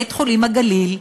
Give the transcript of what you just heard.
בית-חולים "הגליל",